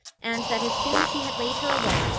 and that as soon as he had laid her away,